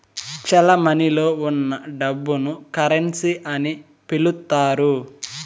చెలమణిలో ఉన్న డబ్బును కరెన్సీ అని పిలుత్తారు